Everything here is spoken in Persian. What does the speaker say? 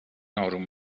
آروم